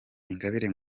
ingabire